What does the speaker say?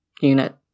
unit